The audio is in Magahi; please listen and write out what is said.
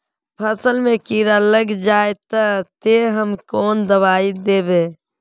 फसल में कीड़ा लग जाए ते, ते हम कौन दबाई दबे?